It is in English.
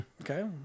Okay